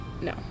No